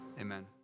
Amen